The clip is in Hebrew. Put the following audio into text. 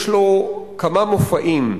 יש לו כמה מופעים.